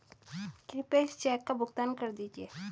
कृपया इस चेक का भुगतान कर दीजिए